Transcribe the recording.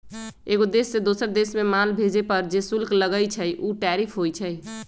एगो देश से दोसर देश मे माल भेजे पर जे शुल्क लगई छई उ टैरिफ होई छई